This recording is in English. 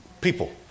People